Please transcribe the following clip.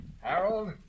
Harold